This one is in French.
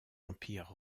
empire